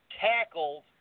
tackled